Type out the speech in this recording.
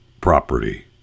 property